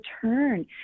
turn